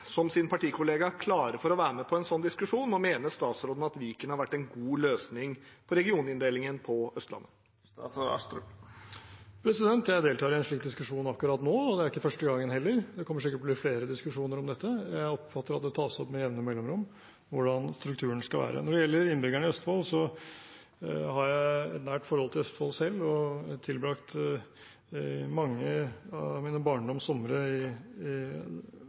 at Viken har vært en god løsning på regioninndelingen på Østlandet?» Jeg deltar i en slik diskusjon akkurat nå. Det er ikke første gangen heller, og det kommer sikkert til å bli flere diskusjoner om dette. Jeg oppfatter at det tas opp med jevne mellomrom hvordan strukturen skal være. Når det gjelder innbyggerne i Østfold, har jeg selv et nært forhold til Østfold og har tilbrakt mange av mine barndoms somre i